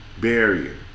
barrier